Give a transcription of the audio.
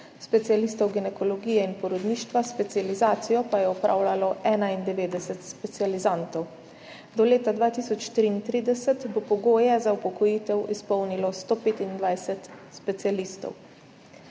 specialistov ginekologije in porodništva, specializacijo pa je opravljalo 91 specializantov. Do leta 2033 bo pogoje za upokojitev izpolnilo 125 specialistov.